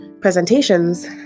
presentations